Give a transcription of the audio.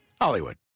Hollywood